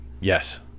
Yes